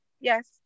yes